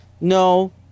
No